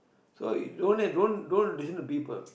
so you don't and don't don't listen to people